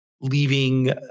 leaving